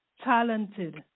talented